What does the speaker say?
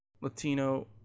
Latino